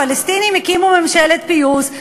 הפלסטינים הקימו ממשלת פיוס,